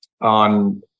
on